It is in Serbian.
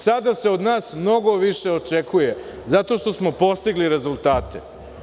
Sada se od nas mnogo više očekuje, zato što smo postigli rezultate.